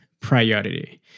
priority